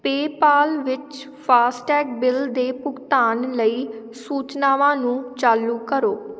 PayPal ਵਿੱਚ FASTag bill ਦੇ ਭੁਗਤਾਨ ਲਈ ਸੂਚਨਾਵਾਂ ਨੂੰ ਚਾਲੂ ਕਰੋ